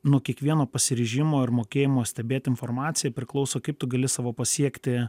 nuo kiekvieno pasiryžimo ir mokėjimo stebėti informaciją priklauso kaip tu gali savo pasiekti